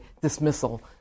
dismissal